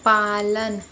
पालन